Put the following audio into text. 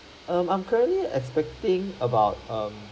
um I'm currently expecting about um